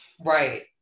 Right